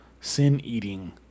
sin-eating